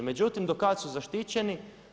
Međutim do kad su zaštićeni?